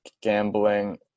gambling